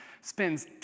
spends